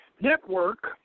Network